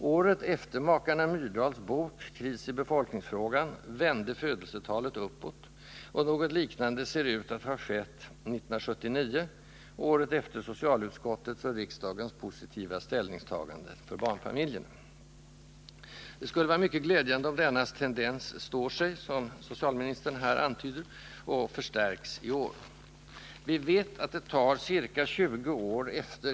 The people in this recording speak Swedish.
Året efter makarna Myrdals bok Kris i befolkningsfrågan vände födelsetalet uppåt, och något liknande ser ut att ha skett 1979 — året efter socialutskottets och riksdagens positiva ställningstagande för barnfamiljerna. Det skulle vara mycket glädjande om denna tendens står sig, som socialministern här har antytt, och förstärks i år. Vi vet att det ca 20 år efter.